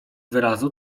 wyrazu